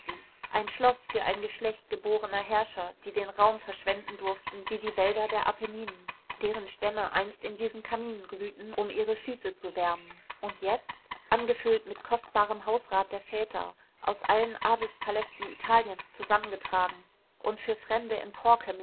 ein schloß für ein geschlecht geborener herrscher die den raum verschwenden durften wie die wälder der apenninen deren stämme einst in diesen kaminen glühten um ihre füße zu wärmen und jetzt angefüllt mit kostbarem hausrat der väter aus allen adelspalästen italiens zusammengetragen und für fremde